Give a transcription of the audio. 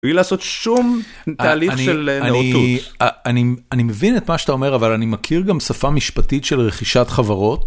בלי לעשות שום תהליך של נאותות. אני מבין את מה שאתה אומר אבל אני מכיר גם שפה משפטית של רכישת חברות.